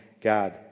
God